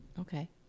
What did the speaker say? Okay